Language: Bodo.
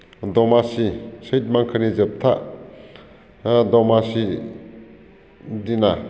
दमासि सैत माघोनि जोबथा दमासि दिना